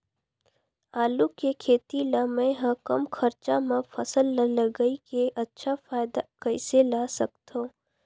आलू के खेती ला मै ह कम खरचा मा फसल ला लगई के अच्छा फायदा कइसे ला सकथव?